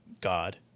God